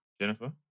Jennifer